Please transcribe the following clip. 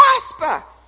prosper